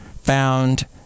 found